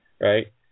right